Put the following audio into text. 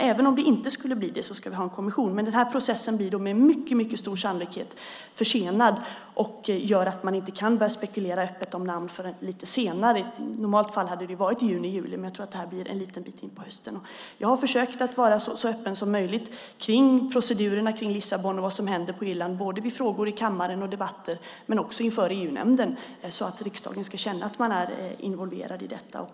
Även om det inte blir det ska vi ha en kommission. Men processen blir då med mycket stor sannolikhet försenad, och det gör att man inte kan börja spekulera öppet om namn förrän lite senare. I normala fall hade varit i juni-juli, men det här kommer att bli en bit in på hösten. Jag har försökt att vara så öppen som möjligt om procedurerna i Lissabonfördraget och vad som händer på Irland vid både frågor i kammaren, i debatter och inför EU-nämnden. Riksdagen ska känna sig involverad i detta.